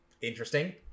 interesting